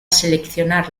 seleccionar